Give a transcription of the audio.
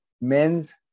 men's